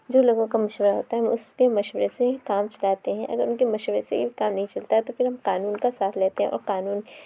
جو لوگوں کا مشورہ ہوتا ہے ہم اسی کے مشورے سے کام چلاتے ہیں اگر ان کے مشورے سے کام نہیں چلتا ہے تو پھر ہم قانون کا ساتھ لیتے ہیں اور قانون